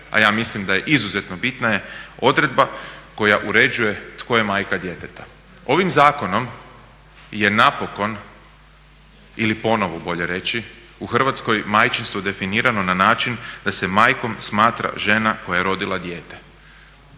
a ja mislim da je izuzetno bitna je odredba koja uređuje tko je majka djeteta. Ovim zakonom je napokon ili ponovo bolje reći u Hrvatskoj majčinstvo definirano na načni da se majkom smatra žena koja je rodila dijete.